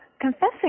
confessing